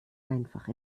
einfach